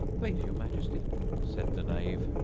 please your majesty said the knave,